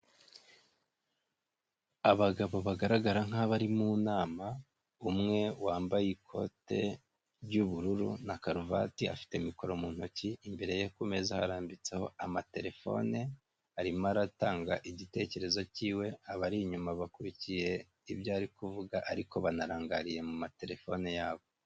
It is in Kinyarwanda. Abagabo bagaragara nk'abari mu nama, umwe wambaye ikote ry'ubururu na karuvati afite mikoro mu ntoki imbere ye ku meza hararambitseho amatelefone arimo aratanga igitekerezo k'iwe abari inyuma bakurikiye ibyo ari kuvuga ariko banarangariye mu matelefone yabo.